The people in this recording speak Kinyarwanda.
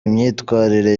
imyitwarire